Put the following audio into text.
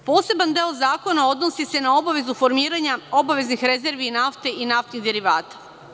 Poseban deo zakona odnosi se na obavezu formiranja obaveznih rezervi nafte i naftnih derivata.